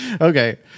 Okay